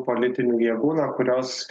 politinių jėgų na kurios